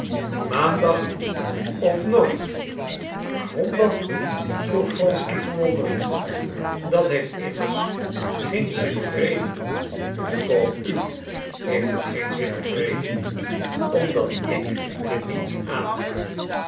maandag of nooit waarom dan vroeg wronsky verwonderd dat heeft immers geen zin of reden voor u heeft het geen zin of reden omdat ik je niets aanga